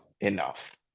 enough